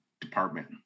department